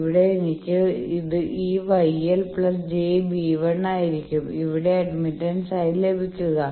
ഇവിടെ എനിക്ക് ഈ YL j B1 ആയിരിക്കും ഇവിടെ അഡ്മിറ്റാൻസ് ആയി ലഭിക്കുക